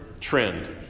trend